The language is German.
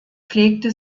pflegte